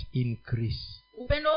increase